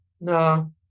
no